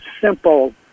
simple